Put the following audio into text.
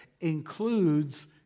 includes